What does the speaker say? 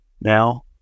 now